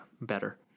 Better